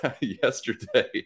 yesterday